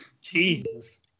Jesus